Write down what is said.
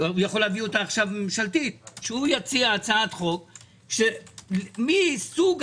- יכול לביא עכשיו ממשלתית של מי סוג